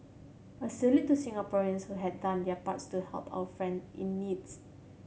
a salute to Singaporean's who had done their parts to help our friend in needs